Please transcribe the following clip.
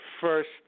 first